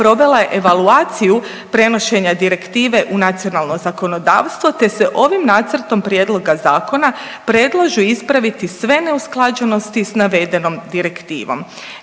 provela je evaluaciju prenošenja direktive u nacionalno zakonodavstvo te se ovim Nacrtom prijedloga zakona predlažu ispraviti sve neusklađenosti sa navedenom direktivom.